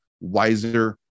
wiser